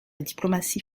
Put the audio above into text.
diplomatie